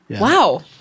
Wow